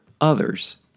others